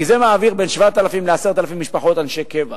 כי זה מעביר בין 7,000 ל-10,000 משפחות אנשי קבע.